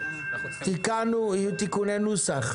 יהיו תיקוני נוסח?